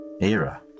era